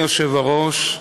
היושב-ראש,